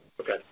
Okay